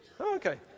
Okay